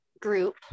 group